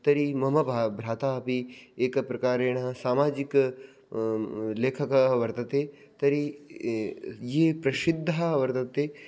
तर्हि मम भा भ्राता अपि एकप्रकारेण सामाजिक लेखकः वर्तते तर्हि ये ये प्रसिद्धः वर्तते